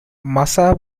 massa